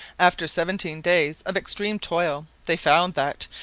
after seventeen days of extreme toil they found that,